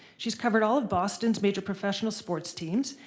she's covered all of boston's major professional sports teams,